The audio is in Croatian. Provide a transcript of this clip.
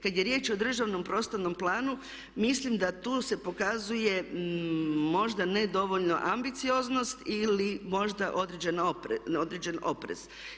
Kada je riječ o državnom prostornom planu mislim da tu se pokazuje možda ne dovoljno ambicioznost ili možda određen oprez.